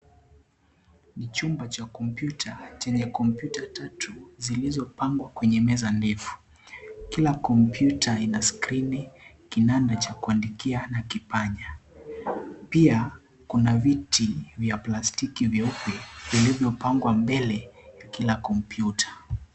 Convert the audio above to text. Chumba cha komputa chenye komputa tatu zilizopangwa kwenye meza ndefu kila komputa ina skrini kinane cha kuandikia na kipanya. Pia, kuna viti vya plastiki vyeupe vilivyopangwa mbele ya kila komputa.